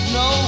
no